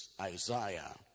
Isaiah